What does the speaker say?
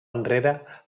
enrere